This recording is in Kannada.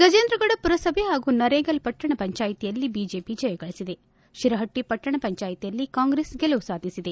ಗಜೇಂದ್ರಗಡ ಪುರಸಭೆ ಹಾಗೂ ನರೇಗಲ್ ಪಟ್ಟಣ ಪಂಜಾಯತಿಯಲ್ಲಿ ಬಿಜೆಪಿ ಜಯಗಳಿಸಿದೆ ಶಿರಹಟ್ಟಿ ಪಟ್ಟಣ ಪಂಚಾಯಿತಿಯಲ್ಲಿ ಕಾಂಗ್ರೆಸ್ ಗೆಲುವು ಸಾಧಿಸಿದೆ